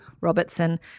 Robertson